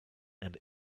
and